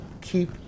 keep